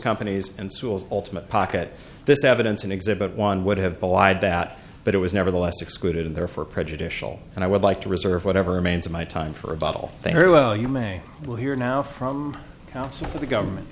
companies and schools ultimate pocket this evidence and exhibit one would have belied that but it was nevertheless excluded therefore prejudicial and i would like to reserve whatever remains of my time for a bottle to her well you may well hear now from counsel for the government